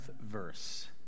verse